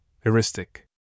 heuristic